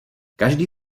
každý